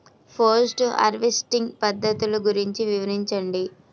Post harvesting పద్ధతులు గురించి వివరించండి?